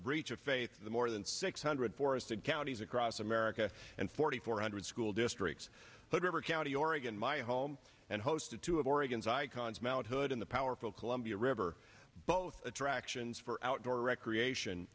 a breach of faith in the more than six hundred forested counties across america and forty four hundred school districts but every county oregon my home and hosted two of oregon's icons mt hood in the powerful columbia river both attractions for outdoor recreation